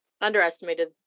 underestimated